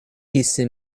kisi